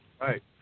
Right